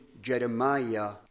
Jeremiah